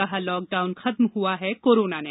कहा लॉकडाउन खत्म हुआ है कोरोना नहीं